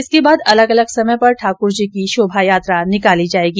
इसके बाद अलग अलग समय पर ठाकुर जी की शोभायात्रा निकाली जायेगी